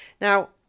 Now